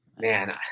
Man